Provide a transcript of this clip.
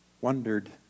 wondered